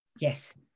Yes